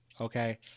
okay